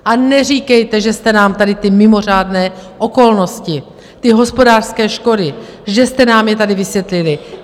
A neříkejte, že jste nám tady ty mimořádné okolnosti, ty hospodářské škody, že jste nám je tady vysvětlili.